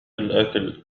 الأكل